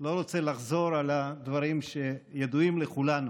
לא רוצה לחזור על הדברים שידועים לכולנו.